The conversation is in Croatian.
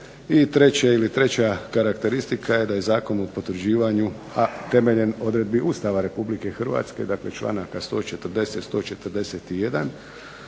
treća karakteristika je da je zakon u potvrđivanju, a temeljem odredbi Ustava Republike Hrvatske, dakle članaka 140., 141.,